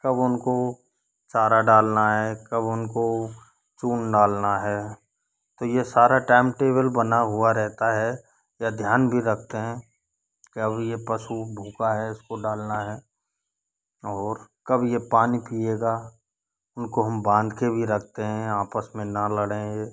कब उन को चारा डालना है कब उन को चून डालना है तो ये सारा टाइम टेबल बना हुआ रहता है ये ध्यान भी रखते हैं कि अब ये पशू भूखा है इस को डालना है और कब ये पानी पिएगा उन को हम बांध के भी रखते हैं आपस में ना लड़ें